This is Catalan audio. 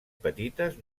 petites